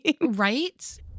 Right